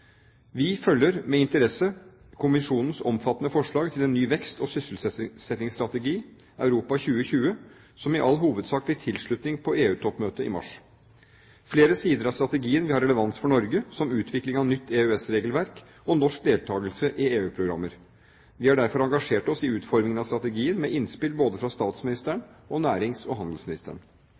Vi følger med interesse kommisjonens omfattende forslag til en ny vekst- og sysselsettingsstrategi, Europa 2020, som i all hovedsak fikk tilslutning på EU-toppmøtet i mars. Flere sider av strategien vil ha relevans for Norge, som utvikling av nytt EØS-regelverk og norsk deltakelse i EU-programmer. Vi har derfor engasjert oss i utformingen av strategien, med innspill både fra statsministeren og nærings- og handelsministeren.